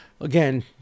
Again